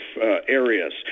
areas